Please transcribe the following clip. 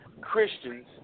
Christians